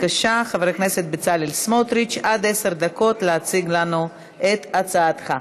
עברה בקריאה טרומית ועוברת לוועדת החינוך,